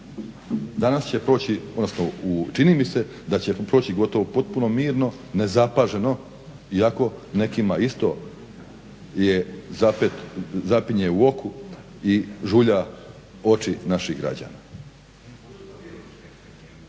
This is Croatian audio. danas će proći, odnosno čini mi se da će proći gotovo potpuno mirno, nezapaženo i ako nekima isto zapinje u oku i žulja oči naših građana.